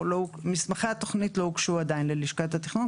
מסמכי התכנון בכלל לא הוגשו עדיין ללשכת התכנון,